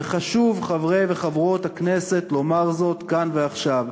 וחשוב, חברי וחברות הכנסת, לומר זאת כאן ועכשיו,